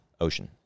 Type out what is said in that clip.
Ocean